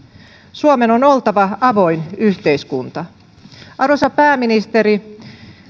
suomen on oltava avoin yhteiskunta arvoisa pääministeri